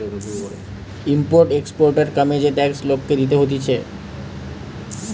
import exporter কামে যে tax লোককে দিতে হতিছে